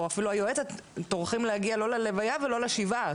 או אפילו היועצת טורחים להגיע לא להלוויה ולא לשבעה,